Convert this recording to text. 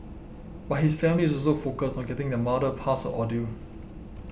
but his family is also focused on getting their mother past her ordeal